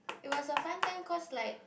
it was a fun time cause like